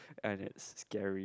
and it's scary